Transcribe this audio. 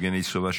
יבגני סובה,